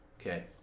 Okay